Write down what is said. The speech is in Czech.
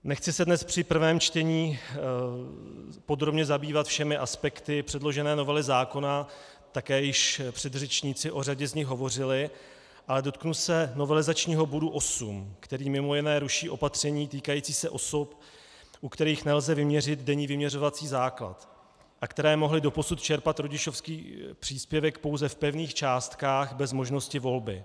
Nechci se dnes při prvním čtení podrobně zabývat všemi aspekty předložené novely zákona, také již předřečníci o řadě z nich hovořili, ale dotknu se novelizačního bodu 8, který mimo jiné ruší opatření týkající se osob, u kterých nelze vyměřit denní vyměřovací základ a které mohly doposud čerpat rodičovský příspěvek pouze v pevných částkách bez možnosti volby.